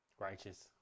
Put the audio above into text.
righteous